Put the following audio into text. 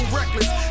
reckless